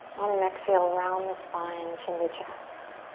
on an exhale, round the spine, chin to chest.